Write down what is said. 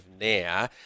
now